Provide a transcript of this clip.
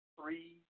three